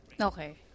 Okay